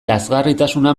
lazgarritasuna